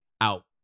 out